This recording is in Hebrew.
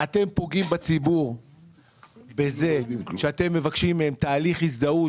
שהם פוגעים בציבור בכך שאתם מבקשים ממנו תהליך הזדהות.